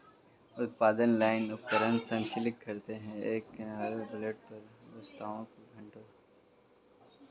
उत्पादन लाइन उपकरण संचालित करते हैं, एक कन्वेयर बेल्ट पर वस्तुओं को छांटते हैं